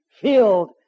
filled